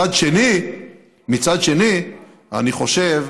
מצד שני, אני חושב